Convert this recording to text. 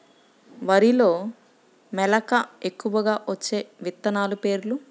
వరిలో మెలక ఎక్కువగా వచ్చే విత్తనాలు పేర్లు?